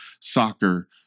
soccer